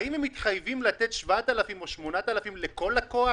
האם הם מתחייבים לתת 7,000 או 8,000 שקל לכל לקוח?